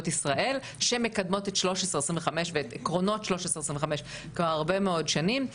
ישראל שמקדמות את עקרונות 1325 כבר הרבה מאוד שנים.